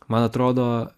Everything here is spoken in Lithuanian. man atrodo